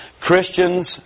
Christians